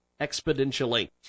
exponentially